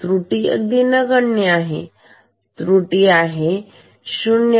त्रुटी अगदी नगण्य आहे त्रुटी 0